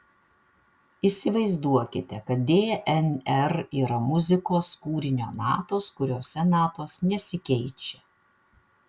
įsivaizduokite kad dnr yra muzikos kūrinio natos kuriose natos nesikeičia